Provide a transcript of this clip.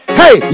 hey